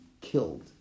killed